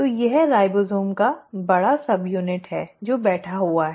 तो यह राइबोसोम का बड़ा उप समूह है जो बैठा हुआ है